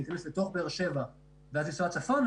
להיכנס לתוך באר שבע ואז לנסוע צפונה